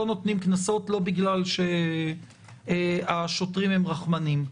אני חושב שלא נותנים קנסות לא בגלל שהשוטרים הם רחמנים.